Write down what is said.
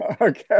Okay